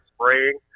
spraying